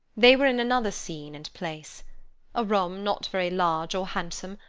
they were in another scene and place a room, not very large or handsome,